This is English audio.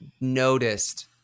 noticed